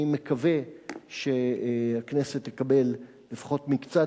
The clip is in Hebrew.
אני מקווה שהכנסת תקבל לפחות מקצת